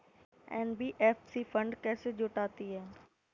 NBFC fund कैसे जुटाती है?